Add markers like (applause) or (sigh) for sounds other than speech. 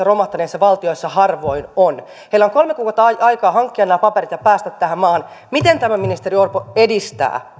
(unintelligible) romahtaneissa valtioissa harvoin on heillä on kolme kuukautta aikaa hankkia nämä paperit ja päästä tähän maahan miten tämä ministeri orpo edistää